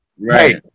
Right